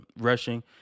rushing